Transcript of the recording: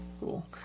Cool